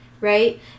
right